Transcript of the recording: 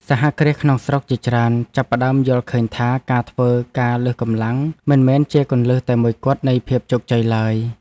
សហគ្រាសក្នុងស្រុកជាច្រើនចាប់ផ្តើមយល់ឃើញថាការធ្វើការលើសកម្លាំងមិនមែនជាគន្លឹះតែមួយគត់នៃភាពជោគជ័យឡើយ។